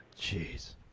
Jeez